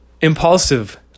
Impulsive